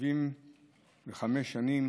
75 שנים